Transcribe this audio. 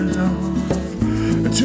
love